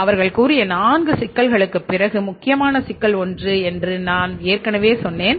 அவர்கள் கூறிய நான்கு சிக்கல்களுக்குப் பிறகு முக்கியமான சிக்கல் ஒன்று என்று நான் ஏற்கனவே சொன்னேன்